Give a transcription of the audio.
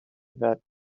that